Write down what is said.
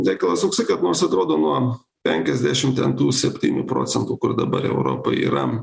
reikalas toksai kad nors atrodo nuo penkiasdešim ten tų septynių procentų kur dabar europai yra